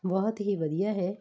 ਬਹੁਤ ਹੀ ਵਧੀਆ ਹੈ